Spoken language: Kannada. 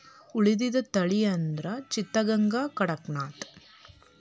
ಉಳಿದದ ತಳಿ ಅಂದ್ರ ಚಿತ್ತಗಾಂಗ, ಕಡಕನಾಥ